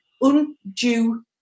undue